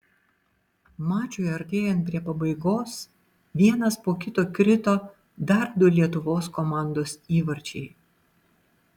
mačui artėjant prie pabaigos vienas po kito krito dar du lietuvos komandos įvarčiai